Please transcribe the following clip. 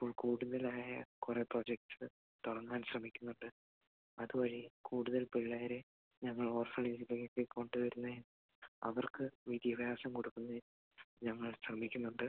ഇപ്പോൾ കൂടുതലായ കുറെ പ്രൊജക്റ്റ് തുടങ്ങാൻ ശ്രമിക്കുന്നുണ്ട് അത്വഴി കൂടുതൽ പിള്ളേരെ ഞങ്ങൾ ഓർഫണേജിലേക്ക് കൊണ്ട് വരുന്നത് അവർക്ക് വിദ്യാഭ്യാസം കൊടുക്കുന്നത് ഞങ്ങൾ ശ്രമിക്കുന്നുണ്ട്